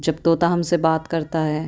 جب طوطا ہم سے بات کرتا ہے